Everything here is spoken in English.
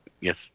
Yes